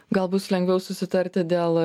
gal bus lengviau susitarti dėl